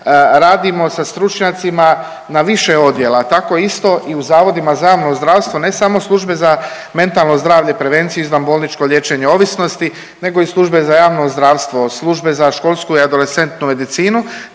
radimo sa stručnjacima na više odjela. Tako isto i u zavodima za javno zdravstvo, ne samo službe za mentalno zdravlje, prevenciju, izvanbolničko liječenje ovisnosti nego i službe za javno zdravstvo, službe za školsku i adolescentnu medicinu